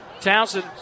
Townsend